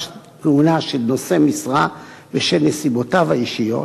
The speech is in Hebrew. כהונה של נושאי משרה בשל נסיבותיו האישיות,